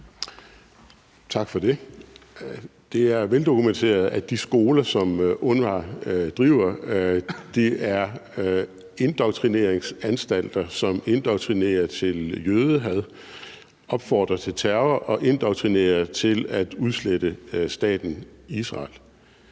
Tak for det. Det er veldokumenteret, at de skoler, som UNRWA driver, er indoktrineringsanstalter, der indoktrinerer til jødehad, opfordrer til terror og indoktrinerer til at udslette staten Israel.